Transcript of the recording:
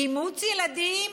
אימוץ ילדים,